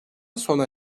sona